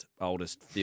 oldest